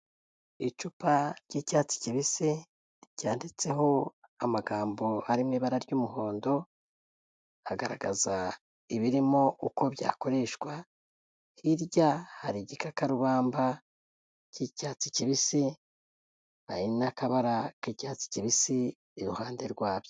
Icupa ry'icyatsi kibisi, ryanditseho amagambo ari mu ibara ry'umuhondo agaragaza ibirimo uko byakoreshwa, hirya hari igikakarubamba cy'icyatsi kibisi, hari n'akabara k'icyatsi kibisi iruhande rwabyo.